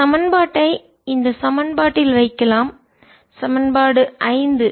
இந்த சமன்பாட்டை இந்த சமன்பாட்டில் வைக்கலாம் சமன்பாடு ஐந்து